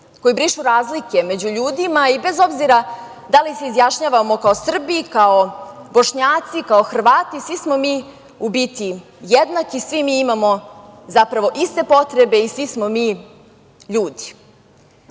koji brišu razlike među ljudima i bez obzira da li se izjašnjavamo kao Srbi, kao Bošnjaci, kao Hrvati svi smo mu u biti jednaki i svi mi imamo zapravo iste potrebe i svi smo mi ljudi.O